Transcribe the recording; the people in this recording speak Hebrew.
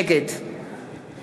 נגד